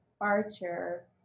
Archer